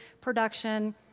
production